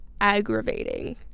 aggravating